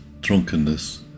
drunkenness